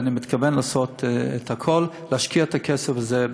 ואני מתכוון לעשות הכול ולהשקיע את הכסף הזה,